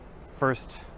first